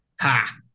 Ha